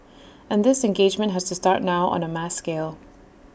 and this engagement has to start now on A mass scale